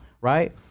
right